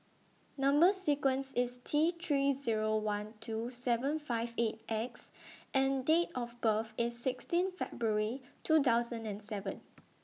Number sequence IS T three Zero one two seven five eight X and Date of birth IS sixteen February two thousand and seven